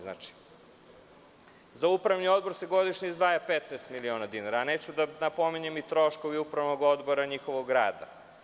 Za upravni odbor se godišnje izdvaja 15 miliona dinara, a da ne pominjem troškove upravnog odbora i njihovog rada.